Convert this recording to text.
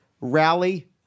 rally